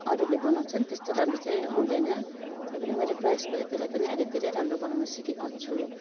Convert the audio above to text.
अरूले बनाउँछ नि त्यस्तो राम्रो चाहिँ आउँदैन र पनि मैले प्रयास गरे त्यसलाई पनि अहिले धेरै राम्रो बनाउन सिकेको छु